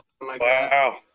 Wow